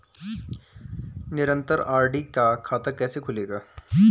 निरन्तर आर.डी का खाता कैसे खुलेगा?